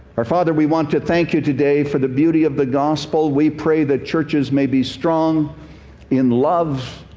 our father, we want to thank you today for the beauty of the gospel. we pray that churches may be strong in love,